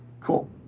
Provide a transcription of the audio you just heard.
Cool